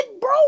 bro